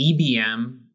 EBM